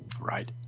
Right